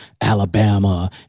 Alabama